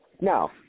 No